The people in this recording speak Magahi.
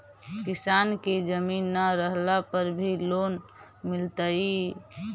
किसान के जमीन न रहला पर भी लोन मिलतइ?